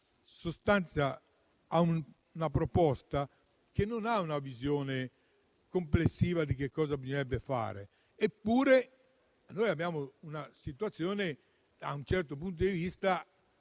fronte a una proposta che non ha una visione complessiva di che cosa bisognerebbe fare. Eppure, noi abbiamo una situazione, da un certo punto di vista,